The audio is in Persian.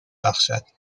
بخشد